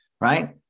right